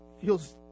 feels